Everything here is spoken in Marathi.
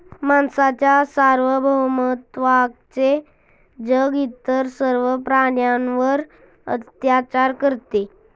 माणसाच्या सार्वभौमत्वाचे जग इतर सर्व प्राण्यांवर अत्याचार करते